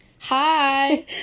Hi